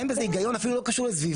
אין בזה היגיון, אפילו לא קשור לסביבה.